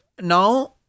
now